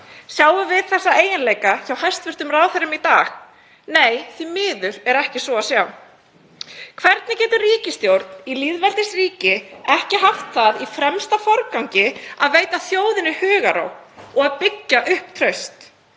Sjáum við þessa eiginleika hjá hæstv. ráðherrum í dag? Nei, því miður er ekki svo að sjá. Hvernig getur ríkisstjórn í lýðveldisríki ekki haft það í fremsta forgangi að veita þjóðinni hugarró og byggja upp traust?